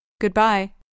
Goodbye